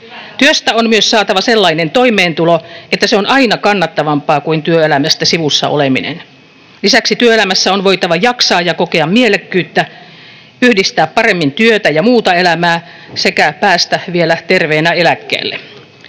Työstä on myös saatava sellainen toimeentulo, että se on aina kannattavampaa kuin työelämästä sivussa oleminen. Lisäksi työelämässä on voitava jaksaa ja kokea mielekkyyttä, yhdistää paremmin työtä ja muuta elämää sekä päästä vielä terveenä eläkkeelle.